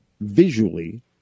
visually